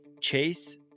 chase